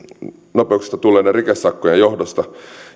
ylinopeuksista tulleiden rikesakkojen johdosta